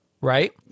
right